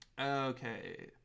Okay